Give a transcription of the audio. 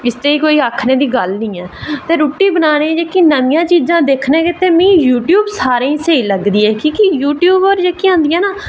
ते इसदे च कोई आक्खनै दी गल्ल निं ऐ ते रुट्टी बनाने गितै नमियां चीज़ां जेह्कियां मिगी यूट्यूब सारें गी स्हेई लगदी ऐ क्योंकि यूट्यूब पर जेह्कियां होंदियां ना